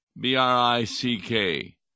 B-R-I-C-K